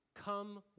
Come